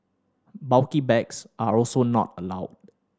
bulky bags are also not allowed